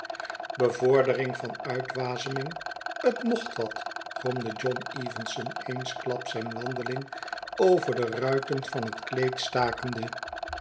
bevordering van uitwaseming het mocht watl gromde john evenson eensklaps zijn wandeling over de ruiten van het kieed stakende